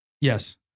Yes